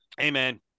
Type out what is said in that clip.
amen